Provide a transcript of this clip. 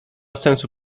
sensu